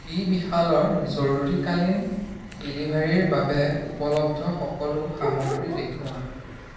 B বিশালৰ জৰুৰীকালীন ডেলিভাৰীৰ বাবে উপলব্ধ সকলো সামগ্ৰী দেখুওৱা